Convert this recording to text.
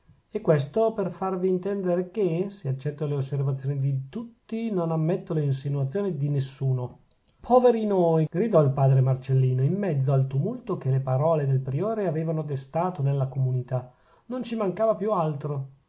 e questo per farvi intendere che se accetto le osservazioni di tutti non ammetto le insinuazioni di nessuno poveri noi gridò il padre marcellino in mezzo al tumulto che le parole del priore avevano destato nella comunità non ci mancava più altro